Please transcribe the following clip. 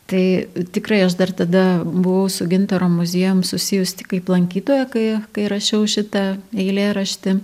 tai tikrai aš dar tada buvau su gintaro muziejum susijus tik kaip lankytoja kai kai rašiau šitą eilėraštį